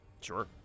Sure